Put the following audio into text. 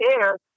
air